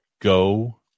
go